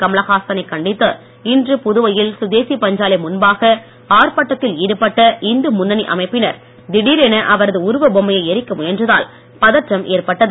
கமலஹாச னைக் கண்டித்து இன்று புதுவையில் சுதேசி பஞ்சாலை முன்பாக ஆர்ப்பாட்டத்தில் ஈடுபட்ட இந்து முன்னணி அமைப்பினர் திடீரென அவரது உருவ பொம்மையை எரிக்க முயன்றதால் பதற்றம் ஏற்பட்டது